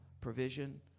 provision